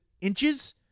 inches